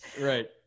right